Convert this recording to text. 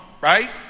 Right